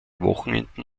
wochenenden